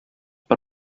per